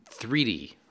3D